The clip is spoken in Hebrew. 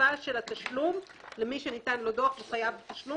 אכיפה של התשלום למי שניתן לו דוח והוא חייב בתשלום